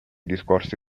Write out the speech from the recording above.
discorsi